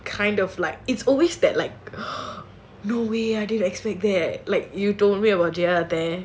and like it's been kind of like it's always that like no way I didn't expect that like you told me about jrtan